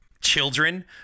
children